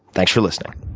thanks for listening.